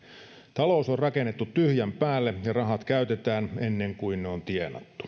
talous on rakennettu tyhjän päälle ja rahat käytetään ennen kuin ne on tienattu